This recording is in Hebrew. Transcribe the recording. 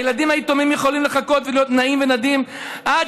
הילדים היתומים יכולים לחכות ולהיות נעים ונדים עד